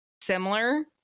similar